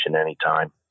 anytime